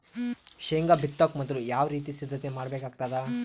ಶೇಂಗಾ ಬಿತ್ತೊಕ ಮೊದಲು ಯಾವ ರೀತಿ ಸಿದ್ಧತೆ ಮಾಡ್ಬೇಕಾಗತದ?